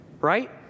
right